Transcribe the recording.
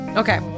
okay